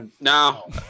No